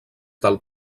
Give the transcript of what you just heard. del